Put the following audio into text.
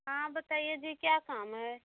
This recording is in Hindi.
हाँ बताइए जी क्या काम है